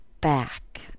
back